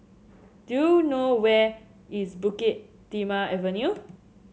do you know where is Bukit Timah Avenue